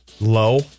low